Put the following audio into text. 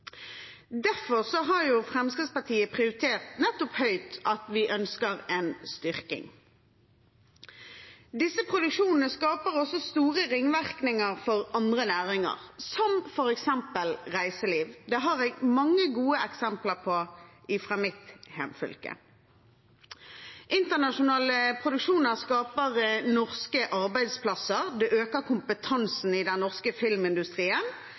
Fremskrittspartiet prioritert høyt at vi ønsker en styrking. Disse produksjonene skaper også store ringvirkninger for andre næringer, som f.eks. reiseliv. Det har jeg mange gode eksempler på fra mitt hjemfylke. Internasjonale produksjoner skaper norske arbeidsplasser, og det øker kompetansen i den norske filmindustrien.